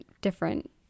different